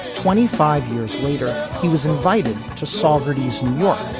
twenty five years later he was invited to solidarity's new york.